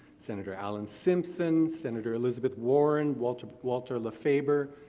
senator allen simpson, senator elizabeth warren, walter walter lafeber,